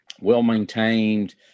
well-maintained